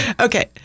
Okay